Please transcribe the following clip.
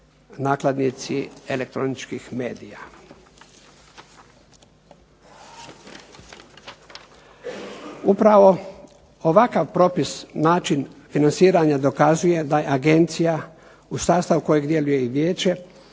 nakladnici elektroničkih medija. Upravo ovakav propis način financiranja dokazuje da je Agencija u sastavu u kojem djeluje i Vijeće